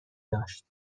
داشت